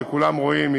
וכולם רואים,